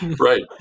Right